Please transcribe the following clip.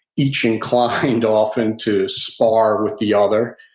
each inclined often to spar with the other,